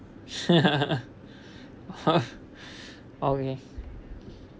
okay